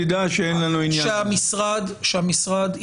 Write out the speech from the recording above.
תדע שאין לנו עניין --- שהמשרד יבדוק,